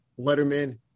letterman